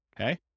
okay